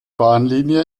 bahnlinie